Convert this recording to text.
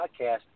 podcast